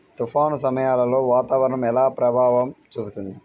తుఫాను సమయాలలో వాతావరణం ఎలా ప్రభావం చూపుతుంది?